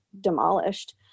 demolished